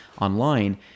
online